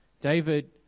David